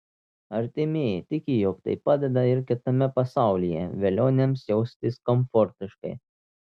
artimieji tiki jog tai padeda ir kitame pasaulyje velioniams jaustis komfortiškai